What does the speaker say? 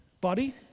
Body